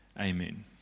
Amen